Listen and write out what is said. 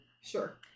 Sure